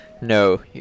no